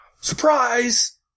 surprise